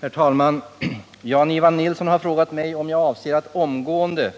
Herr talman! Jan-Ivan Nilsson har frågat mig om jag avser att omgående